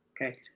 Okay